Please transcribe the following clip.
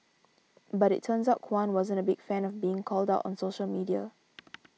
but it turns out Kwan wasn't a big fan of being called out on social media